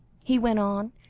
he went on,